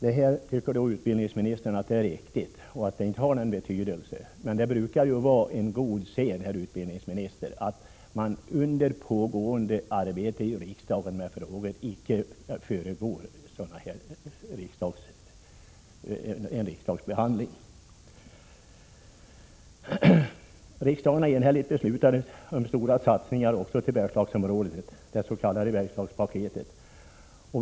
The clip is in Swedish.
Det tycker utbildningsministern är riktigt och att det inte har någon betydelse. Det är en god sed, herr utbildningsminister, att man under pågående arbete icke föregriper en riksdagsbehandling. Riksdagen har enhälligt beslutat om stora satsningar i Bergslagsområdet, det s.k. Bergslagspaketet.